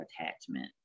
attachment